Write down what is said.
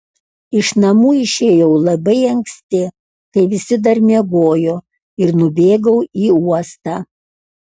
iš namų išėjau labai anksti kai visi dar miegojo ir nubėgau į uostą